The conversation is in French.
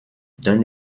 d’un